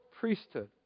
Priesthood